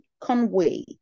Conway